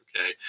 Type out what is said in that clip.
okay